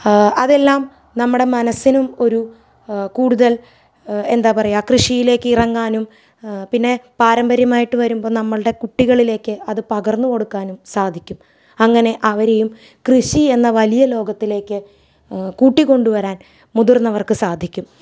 അതെല്ലാം നമ്മുടെ മനസ്സിനും ഒരു കൂടുതൽ എന്താ പറയുക കൃഷിയിലേക്കിറങ്ങാനും പിന്നെ പാരമ്പര്യമായിട്ട് വരുമ്പം നമ്മളുടെ കുട്ടികളിലേക്ക് അത് പകർന്ന് കൊടുക്കാനും സാധിക്കും അങ്ങനെ അവരെയും കൃഷിയെന്ന വലിയ ലോകത്തിലേക്ക് കൂട്ടി കൊണ്ട് വരാൻ മുതിർന്നവർക്ക് സാധിക്കും